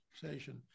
conversation